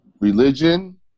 religion